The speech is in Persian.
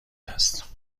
است